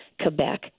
Quebec